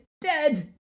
dead